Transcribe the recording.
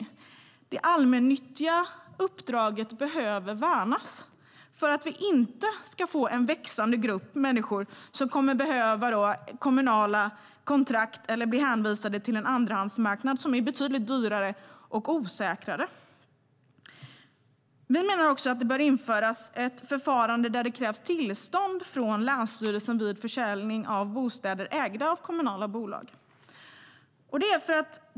Det allmännyttiga uppdraget behöver värnas för att vi inte ska få en växande grupp människor som kommer att behöva kommunala kontrakt eller bli hänvisade till en andrahandsmarknad som är betydligt dyrare och osäkrare. Vi menar också att det bör införas ett förfarande där det krävs tillstånd från länsstyrelsen vid försäljning av bostäder ägda av kommunala bolag.